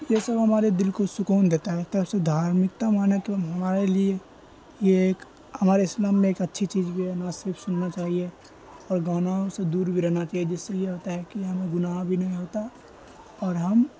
یہ سب ہمارے دل کو سکون دیتا ہے ایک طرح سے دھارمکتا مانیں تو ہمارے لیے یہ ایک ہمارے اسلام میں ایک اچھی چیز بھی ہے نعت شریف سننا چاہیے اور گاناؤں سے دور بھی رہنا چاہیے جس سے یہ ہوتا ہے کہ ہمیں گناہ بھی نہیں ہوتا اور ہم